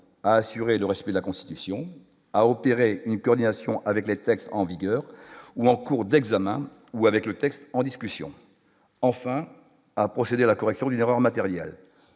à assurer le respect de la Constitution, a opéré une coordination avec les textes en vigueur ou en cours d'examen ou avec le texte en discussion, enfin, a procédé à la correction d'une erreur matérielle,